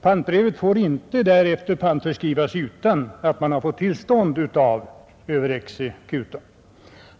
Pantbrevet får därefter inte pantförskrivas utan att man fått tillstånd av överexekutorn.